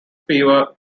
fever